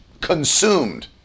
consumed